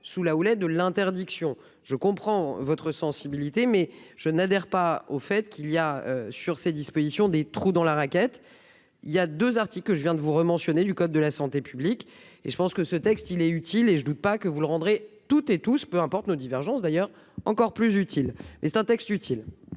sous la houlette de l'interdiction. Je comprends votre sensibilité mais je n'adhère pas au fait qu'il y a sur ces dispositions. Des trous dans la raquette. Il y a 2 que je viens de vous romancier né du code de la santé publique et je pense que ce texte il est utile et je ne doute pas que vous rendrez toutes et tous, peu importe, nos divergences d'ailleurs encore plus utile, mais c'est un texte utile.